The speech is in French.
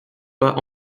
pas